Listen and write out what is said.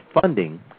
funding